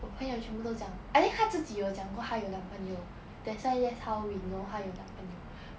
我朋友全部都讲 I think 她自己有讲过她有男朋友 that's why that's how we know 她有男朋友